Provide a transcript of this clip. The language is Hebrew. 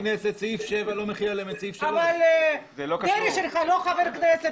סעיף 7 לא מחיל עליהם את סעיף 3. דרעי לא חבר כנסת,